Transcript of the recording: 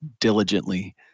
diligently